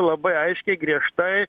labai aiškiai griežtai